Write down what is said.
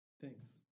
Thanks